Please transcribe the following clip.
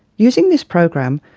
using this program,